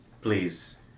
Please